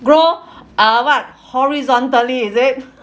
grow uh what horizontally is it